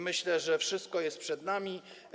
Myślę, że wszystko jest przed nami.